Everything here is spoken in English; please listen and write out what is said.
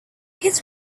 his